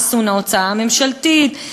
ריסון ההוצאה הממשלתית,